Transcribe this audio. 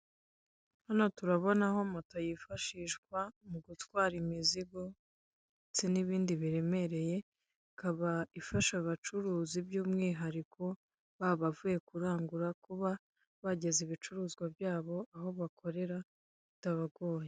Hano turabonaho moto yifashishwa mu gutwara imizigo ndetse n'ibindi biremereye, ikaba ifasha abacuruzi by'umwihariko, baba abavuye kurangura, kuba bageza ibicuruzwa byabo aho bakorera bitabagoye.